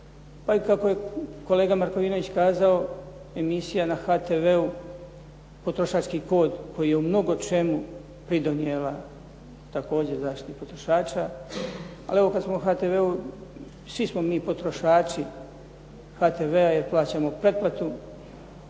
kako je kolega Markovinović kazao emisija na HTV-u “Potrošački kod“ koji je u mnogo čemu pridonijela također zaštiti potrošača. Ali evo kad smo o HTV-u svi smo mi potrošači HTV-a jer plaćamo pretplatu